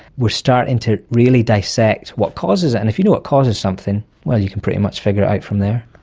we are starting to really dissect what causes it, and if you know what causes something, well, you can pretty much figure it out from there.